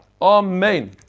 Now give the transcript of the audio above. Amen